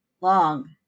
long